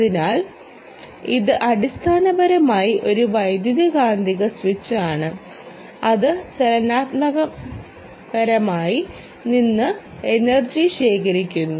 അതിനാൽ ഇത് അടിസ്ഥാനപരമായി ഒരു വൈദ്യുതകാന്തിക സ്വിച്ച് ആണ് ഇത് ചലനാത്മകതയിൽ നിന്ന് എനർജി ശേഖരിക്കുന്നു